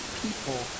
people